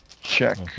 check